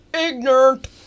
ignorant